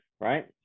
Right